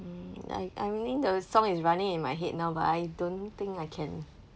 hmm I I mean the song is running in my head now but I don't think I can